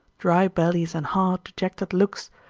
dry bellies and hard, dejected looks,